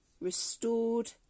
Restored